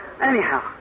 Anyhow